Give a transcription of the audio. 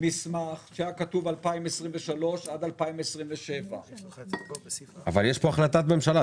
מסמך שהיה כתוב בו 2027-2023. אבל יש פה החלטת ממשלה.